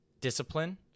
Discipline